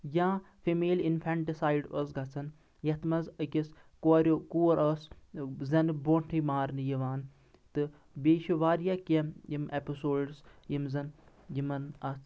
یا female infanticide ٲس گَژھان یَتھ منٛز أکِس کورِ کوٗر ٲس زَن برونٛٹھٕے مارنہٕ یِوان تہٕ بیٚیہِ چھِ وایاہ کینٛہہ یِم ایٚپِسوڈٕز یٕم زَن یِمن اَتھ